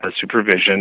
supervision